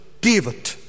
David